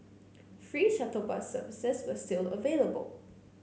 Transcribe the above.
free shuttle bus services were still available